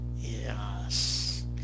Yes